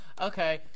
Okay